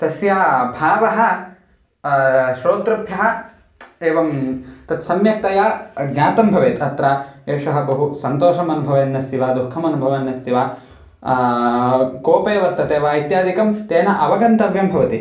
तस्य भावः श्रोतृभ्यः एवं तत्सम्यक्तया ज्ञातं भवेत् अत्र एषः बहु सन्तोषम् अनुभवन् अस्ति वा दुःखम् अनुभवन् अस्ति वा कोपे वर्तते वा इत्यादिकं तेन अवगन्तव्यं भवति